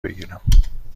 بگیرم